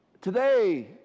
Today